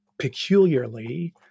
peculiarly